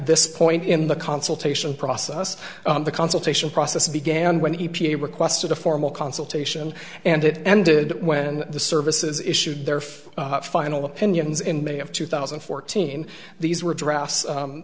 this point in the consultation process the consultation process began when the e p a requested a formal consultation and it ended when the services issued their final opinions in may of two thousand and fourteen these were drafts